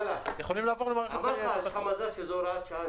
אמרתי לך שיש לך מזל שזו הוראת שעה.